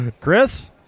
Chris